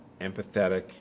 empathetic